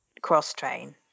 cross-train